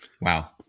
Wow